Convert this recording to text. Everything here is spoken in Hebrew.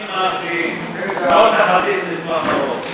צעדים מעשיים, לא תחזית לטווח ארוך.